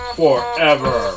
forever